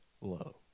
low